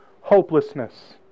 hopelessness